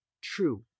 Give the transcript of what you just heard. True